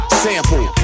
sample